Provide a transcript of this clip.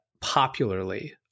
popularly